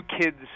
kids